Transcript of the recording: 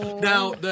Now